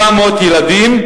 700 ילדים,